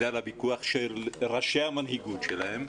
בגלל הוויכוח של ראשי המנהיגות שלהם.